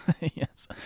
yes